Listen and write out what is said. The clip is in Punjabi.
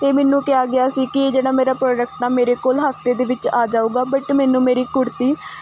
ਅਤੇ ਮੈਨੂੰ ਕਿਹਾ ਗਿਆ ਸੀ ਕਿ ਇਹ ਜਿਹੜਾ ਮੇਰਾ ਪ੍ਰੋਡਕਟ ਆ ਮੇਰੇ ਕੋਲ ਹਫ਼ਤੇ ਦੇ ਵਿੱਚ ਆ ਜਾਵੇਗਾ ਬਟ ਮੈਨੂੰ ਮੇਰੀ ਕੁੜਤੀ